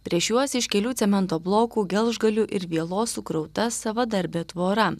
prieš juos iš kelių cemento blokų gelžgalių ir vielos sukrauta savadarbė tvora